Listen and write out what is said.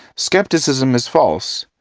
skepticism is false,